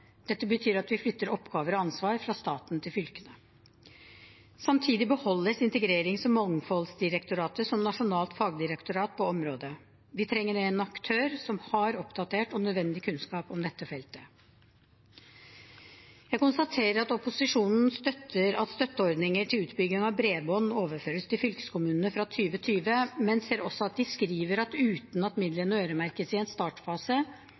Dette betyr at vi flytter oppgaver og ansvar fra staten til fylkene. Samtidig beholdes Integrerings- og mangfoldsdirektoratet som nasjonalt fagdirektorat på området. Vi trenger en aktør som har oppdatert og nødvendig kunnskap om dette feltet. Jeg konstaterer at opposisjonen støtter at støtteordninger til utbygging av bredbånd overføres til fylkeskommunene fra 2020, men ser også at de skriver at uten at midlene øremerkes i en startfase,